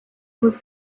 was